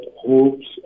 hopes